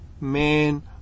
man